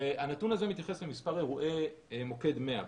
הנתון הזה מתייחס למספר אירועי מוקד 100,